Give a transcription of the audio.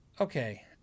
okay